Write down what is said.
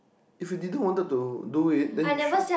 if you didn't wanted to do it then you should